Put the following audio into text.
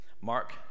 Mark